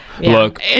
look